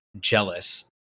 jealous